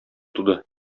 туды